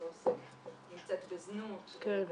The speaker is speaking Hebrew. בזנות עם